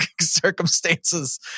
circumstances